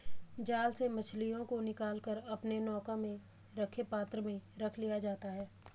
जाल से मछलियों को निकाल कर अपने नौका में रखे पात्र में रख लिया जाता है